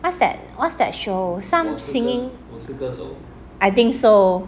what's that what's that show some singing I think so